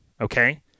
okay